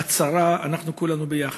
בצרה אנחנו כולנו ביחד.